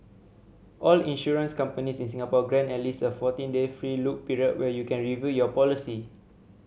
all insurance companies in Singapore grant at least a fourteen day free look period where you can review your policy